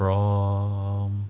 from